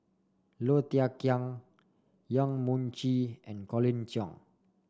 Low Thia Khiang Yong Mun Chee and Colin Cheong